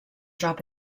drop